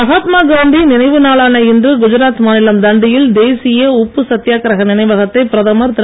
மகாத்மா காந்தி நினைவு நாளான இன்று குஜராத் மாநிலம் தண்டியில் தேசிய உப்பு சத்தியாகிரக நினைவகத்தை பிரதமர் திரு